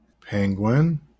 Penguin